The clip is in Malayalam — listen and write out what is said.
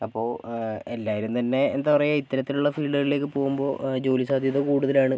അപ്പോൾ എല്ലാവരും തന്നെ എന്താ പറയുക ഇത്തരത്തിലുള്ള ഫീൽഡുകളിലേക്ക് പോകുമ്പോൾ ജോലി സാധ്യത കൂടുതലാണ്